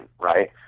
right